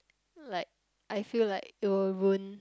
like I feel like it will ruin